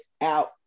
out